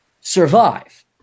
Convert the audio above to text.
survive